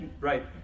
Right